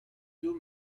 two